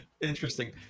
interesting